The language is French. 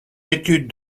études